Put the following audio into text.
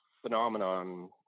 phenomenon